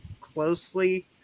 closely